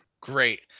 Great